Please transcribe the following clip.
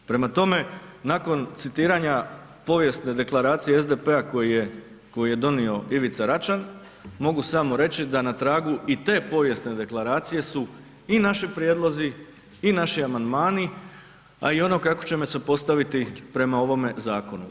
Prema tome, nekom citiranja povijesne deklaracije SDP-a koju je donio Ivica Račan, mogu samo reći da na tragu i te povijesne deklaracije su i naši prijedlozi i naši amandmani, a i ono kako ćemo se postaviti prema ovome zakonu.